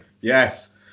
yes